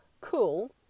cool